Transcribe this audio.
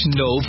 no